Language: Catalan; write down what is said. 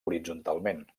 horitzontalment